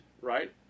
right